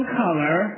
color